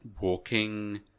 walking